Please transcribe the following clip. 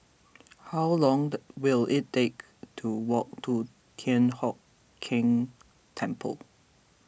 how long the will it take to walk to Thian Hock Keng Temple